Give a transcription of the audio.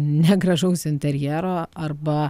negražaus interjero arba